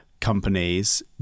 companies